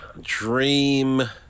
Dream